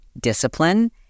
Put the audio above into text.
discipline